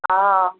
हँ